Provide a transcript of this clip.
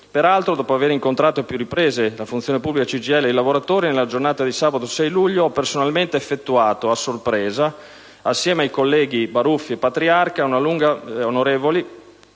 Peraltro, dopo avere incontrato a più riprese Funzione pubblica-CGIL e i lavoratori, nella giornata di sabato 6 luglio ho personalmente effettuato, a sorpresa, assieme agli onorevoli Baruffi e Patriarca, una lunga visita